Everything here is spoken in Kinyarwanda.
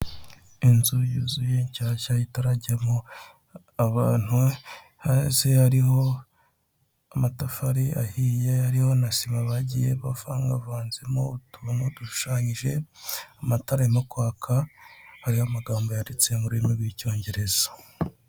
Inzu yuzuye nshyashya itarajyamo abantu, hasi hariho amatafari ahiye ariho na sima bagiye bavangavanzemo utuntu dushushanyije, amatara ari kwaka ayamagambo yanditse mu rurimi rw'Icyongereza.